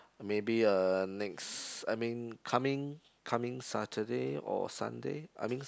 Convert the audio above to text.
maybe uh next I mean coming coming Saturday or Sunday I mean